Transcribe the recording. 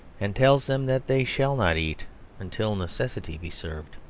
and tells them that they shall not eat until necessity be served.